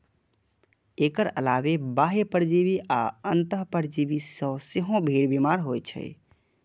एकर अलावे बाह्य परजीवी आ अंतः परजीवी सं सेहो भेड़ बीमार होइ छै